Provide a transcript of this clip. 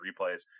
replays